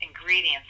ingredients